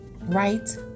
right